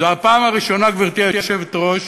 זו הפעם הראשונה, גברתי היושבת-ראש,